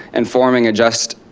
informing a just,